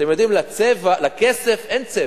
אתם יודעים, לכסף אין צבע,